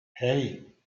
hey